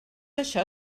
això